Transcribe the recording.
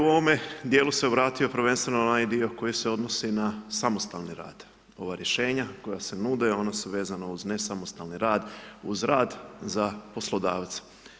Ja bi u ovome dijelu se vratio prvenstveno na onaj dio koji se odnosi na samostalni rad, ova rješenja koja se nude, ona su vezana uz nesamostalni rad, uz rad za poslodavce.